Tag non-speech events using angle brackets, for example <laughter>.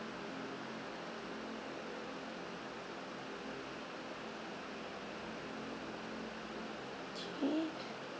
K <breath>